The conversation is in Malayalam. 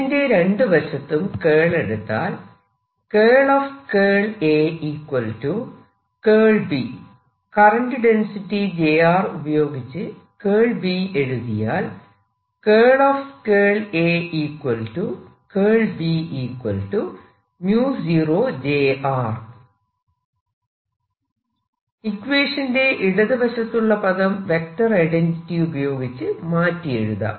ഇതിന്റെ രണ്ടുവശത്തും കേൾ എടുത്താൽ കറന്റ് ഡെൻസിറ്റി j ഉപയോഗിച്ച് കേൾ B എഴുതിയാൽ ഇക്വേഷന്റെ ഇടതുവശത്തുള്ള പദം വെക്റ്റർ ഐഡൻറിറ്റി ഉപയോഗിച്ച് മാറ്റി എഴുതാം